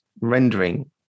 rendering